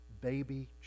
baby